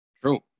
True